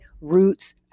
roots